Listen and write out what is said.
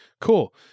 Cool